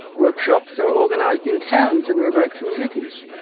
workshops are organised in towns and remote communities,